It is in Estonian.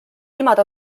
ilmad